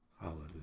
Hallelujah